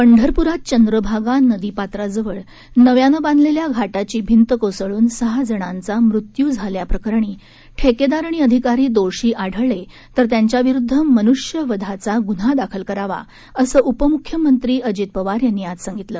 पंढरपुरात चंद्रभागा नदीपात्राजवळ नव्यानं बांधलेल्या घाटाची भिंत कोसळून सहाजणांचा मृत्यू झाल्याप्रकरणी ठेकेदार आणि अधिकारी दोषी आढळले तर त्यांच्याविरुद्ध मनुष्यवधाचा गुन्हा दाखल करावा असं उपमुख्यमंत्री अजित पवार यांनी आज सांगितलं